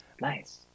Nice